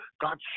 God